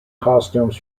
costumes